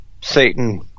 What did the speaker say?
Satan